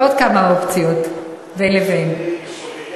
עוד כמה אופציות בין לבין.